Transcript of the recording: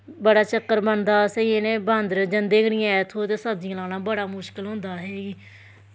बड़ा चक्कर बनदा असैं इनैं बांदरैं जंदे गै निं हैन इत्थूं ते सब्जियां लाना बड़ा मुशकल होंदा असें